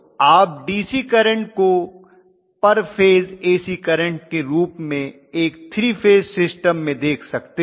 तो आप DC current को पर फेज AC करंट के रूप में एक 3 फेज सिस्टम में देख सकते हैं